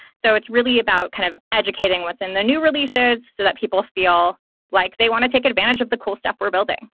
so it's really about kind of educating what's in the new releases so that people feel like they want to take advantage of the cool stuff we're building.